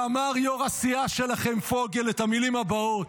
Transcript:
ואמר יו"ר הסיעה שלכם, פוגל, את המילים הבאות: